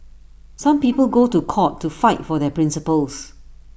some people go to court to fight for their principles